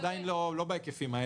עדיין, לא בהיקפים האלה.